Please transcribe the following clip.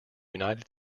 united